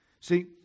see